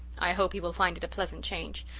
i hope he will find it a pleasant change.